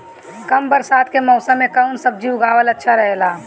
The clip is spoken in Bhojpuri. कम बरसात के मौसम में कउन सब्जी उगावल अच्छा रहेला?